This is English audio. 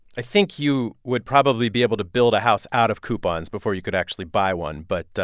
i think you would probably be able to build a house out of coupons before you could actually buy one, but.